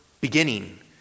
beginning